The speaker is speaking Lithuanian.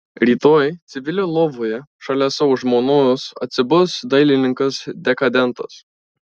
rytoj civilio lovoje šalia savo žmonos atsibus dailininkas dekadentas